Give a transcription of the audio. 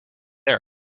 there